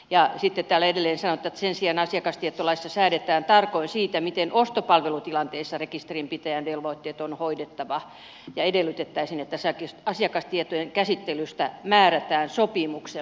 ja sitten täällä edelleen sanotaan että sen sijaan asiakastietolaissa säädetään tarkoin siitä miten ostopalvelutilanteessa rekisterinpitäjän velvoitteet on hoidettava ja edellytettäisiin että asiakastietojen käsittelystä määrätään sopimuksella